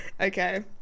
Okay